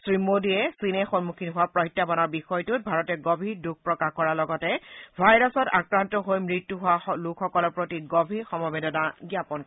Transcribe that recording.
শ্ৰী মোদীয়ে চীনে সন্মুখীন হোৱা প্ৰত্যাহানৰ বিষয়টোত ভাৰতে গভীৰ দুখ প্ৰকাশ কৰাৰ লগতে ভাইৰাছত আক্ৰান্ত হৈ মৃত্যু হোৱা লোকসকলৰ প্ৰতি গভীৰ সমবেদনা জ্ঞাপন কৰিছে